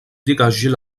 dégager